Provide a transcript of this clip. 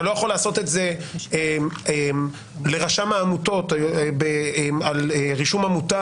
אתה לא יכול לעשות את זה לרשם העמותות על רישום עמותה